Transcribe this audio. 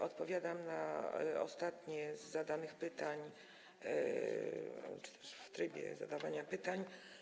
Odpowiadam na ostatnie z zadanych pytań czy też w trybie zadawania pytań.